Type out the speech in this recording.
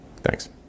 thanks